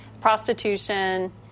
prostitution